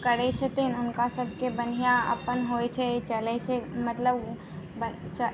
करैत छथिन हुनकासभके बढ़िआँ अपन होइत छै चलैत छै मतलब ब चा